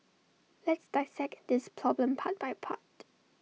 let's dissect this problem part by part